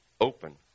open